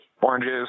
oranges